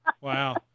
Wow